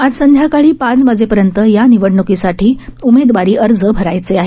आज संध्याकाळी पाच वाजेपर्यंत या निवडणुकीसाठी उमेदवारी अर्ज भरायचे आहेत